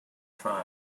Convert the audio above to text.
try